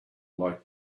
like